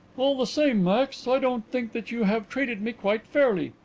all the same, max, i don't think that you have treated me quite fairly,